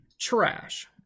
trash